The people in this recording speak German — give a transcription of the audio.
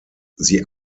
sie